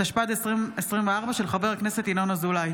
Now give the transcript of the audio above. התשפ"ד 2024, של חבר הכנסת ינון אזולאי.